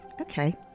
Okay